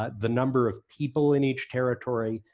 ah the number of people in each territory,